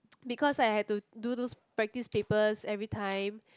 because I had to do those practice papers every time